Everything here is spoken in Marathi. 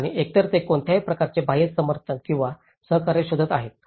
आणि एकतर ते कोणत्याही प्रकारचे बाह्य समर्थन किंवा सहकार्य शोधत आहेत